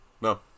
No